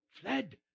fled